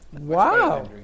Wow